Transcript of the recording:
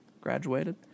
graduated